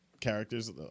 characters